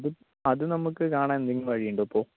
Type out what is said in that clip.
അത് നമുക്ക് കാണാൻ എന്തെങ്കിലും വഴിയുണ്ടോ ഇപ്പോൾ